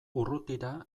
urrutira